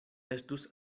estus